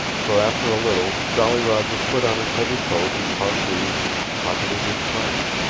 for after a little jolly roger put on his heavy coat and parkee and pocketed his pipe.